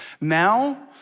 Now